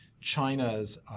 China's